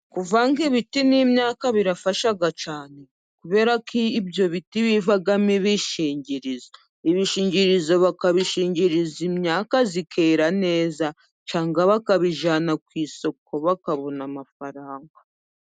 Kuvanga ibiti n'imyaka birafasha cyane, kubera ko ibyo biti bivamo ibishingirizo ibishingirizo bakabishingiriza imyaka ikera neza, cyangwa bakabijyana ku isoko bakabona amafaranga.